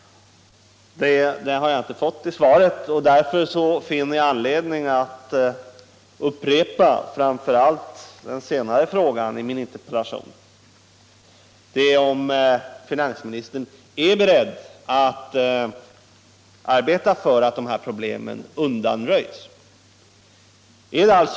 Den har jag inte fått besked om i svaret, och därför finner jag anledning att upprepa framför allt den senare frågan i min interpellation, nämligen om finansministern är beredd att arbeta för att problemet med kommunernas fordringar på staten undanröjs.